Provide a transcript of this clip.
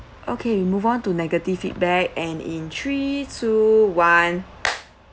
okay we move on to negative feedback and in three two one